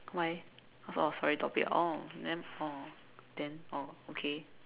why cause of my topic oh then oh then oh okay